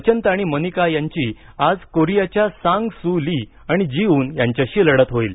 अचंत आणि मनिका यांचा आज कोरियाच्या सांग सू ली आणि जिऊन यांच्याशी लढत होईल